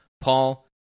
Paul